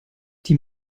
die